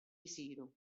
jsiru